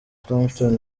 clapton